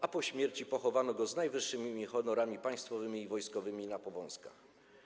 A po śmierci pochowano go z najwyższymi honorami państwowymi i wojskowymi na Powązkach.